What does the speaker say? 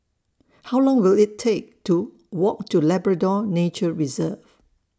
How Long Will IT Take to Walk to Labrador Nature Reserve